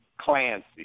Clancy